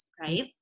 Right